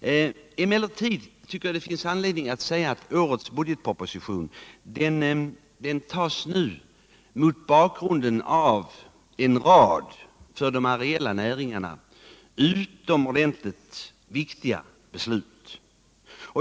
Emellertid tycker jag det finns anledning att säga att årets budgetproposition nu behandlas mot bakgrund av en rad för de areella näringarna utomordentligt viktiga beslut.